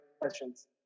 questions